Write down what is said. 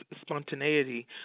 spontaneity